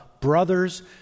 brothers